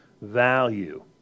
value